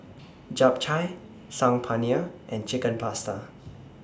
Japchae Saag Paneer and Chicken Pasta